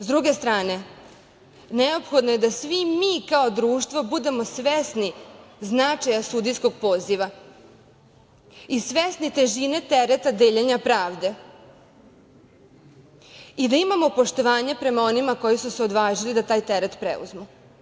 S druge strane, neophodno je da svi mi kao društvo budemo svesni značaja sudijskog poziva i svesni težine tereta deljenja pravde i da imamo poštovanja prema onima koji su se odvažili da taj teret preuzmu.